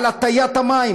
על הטיית המים.